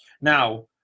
Now